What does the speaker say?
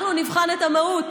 אנחנו נבחן את המהות,